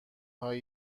های